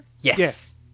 Yes